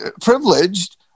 privileged